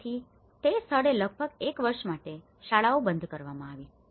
તેથી તે સ્થળે લગભગ એક વર્ષ માટે શાળાઓ બંધ કરવામાં આવી હતી